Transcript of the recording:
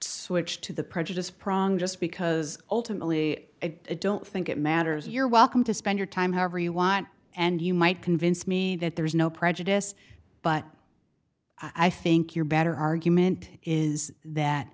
switch to the prejudice prong just because ultimately they don't think it matters you're welcome to spend your time however you want and you might convince me that there's no prejudice but i think you're better argument is